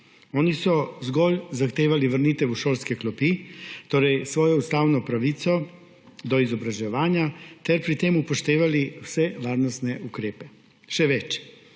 Oni so zgolj zahtevali vrnitev v šolske klopi, torej svojo ustavno pravico do izobraževanja, ter pri tem upoštevali vse varnostne ukrepe. Še več,